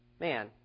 man